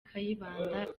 kayibanda